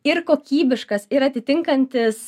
ir kokybiškas ir atitinkantis